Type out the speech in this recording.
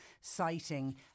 citing